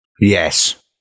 Yes